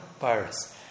virus